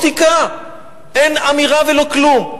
אין אמירה ולא כלום.